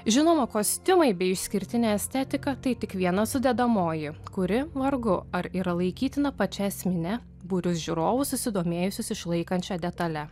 žinoma kostiumai bei išskirtinė estetika tai tik viena sudedamoji kuri vargu ar yra laikytina pačia esmine būrius žiūrovų susidomėjusius išlaikančia detale